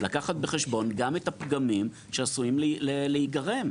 לקחת בחשבון גם את הפגמים שעשויים להיגרם,